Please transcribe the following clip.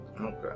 okay